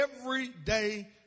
everyday